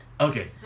Okay